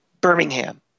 Birmingham